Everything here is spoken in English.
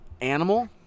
animal